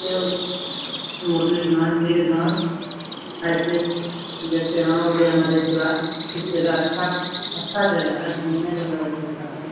जो मुरलीगंज मीरगंज ऐसे जैसे यहाँ हो गया मधेपुरा इस जगह सब अच्छा जगह है घूमने वाला भी अच्छा है